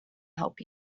help